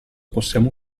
possiamo